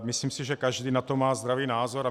Myslím si, že každý na to má zdravý názor.